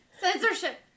Censorship